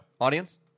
audience